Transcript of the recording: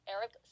Eric